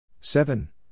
Seven